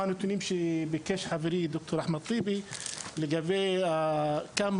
חברי אחמד טיבי ביקש נתונים לגבי החלק